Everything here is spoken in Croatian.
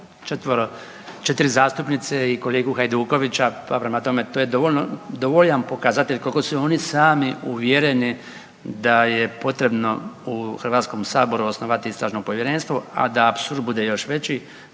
četiri zastupnice i kolegu Hajdukovića pa prema tome to je dovoljan pokazatelj koliko su i oni sami uvjereni da je potrebno u Hrvatskom saboru osnovati istražno povjerenstvo, a da apsurd bude još veći